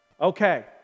Okay